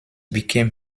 became